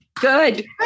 Good